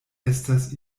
estas